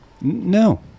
No